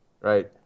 Right